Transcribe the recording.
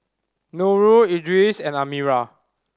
Nurul Idris and Amirah